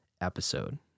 episode